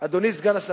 מהדיון הזה,